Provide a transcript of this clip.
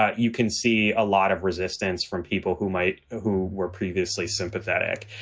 ah you can see a lot of resistance from people who might who were previously sympathetic.